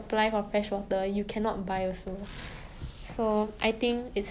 mm